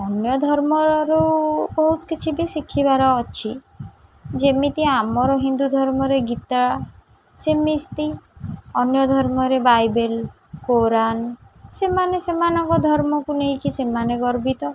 ଅନ୍ୟ ଧର୍ମରୁ ବହୁତ କିଛି ବି ଶିଖିବାର ଅଛି ଯେମିତି ଆମର ହିନ୍ଦୁ ଧର୍ମରେ ଗୀତା ସେମିତି ଅନ୍ୟ ଧର୍ମରେ ବାଇବେଲ୍ କୋରାନ୍ ସେମାନେ ସେମାନଙ୍କ ଧର୍ମକୁ ନେଇକି ସେମାନେ ଗର୍ବିତ